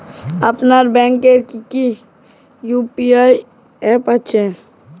আপনার ব্যাংকের কি কি ইউ.পি.আই অ্যাপ আছে?